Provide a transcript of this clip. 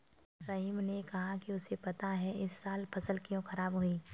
रहीम ने कहा कि उसे पता है इस साल फसल क्यों खराब हुई